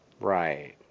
Right